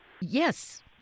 Yes